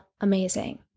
amazing